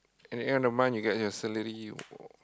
at the end of the month you get your salary O